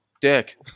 dick